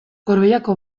gorbeiako